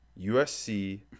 USC